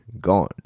gone